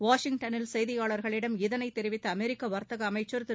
வாஷிங்டனில் செய்தியாளர்களிடம் இதனைத் தெரிவித்தஅமெரிக்கவர்த்தகஅமைச்சர் திரு